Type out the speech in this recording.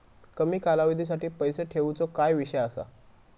कमी कालावधीसाठी पैसे ठेऊचो काय विषय असा?